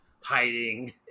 hiding